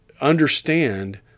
understand